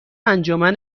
انجمن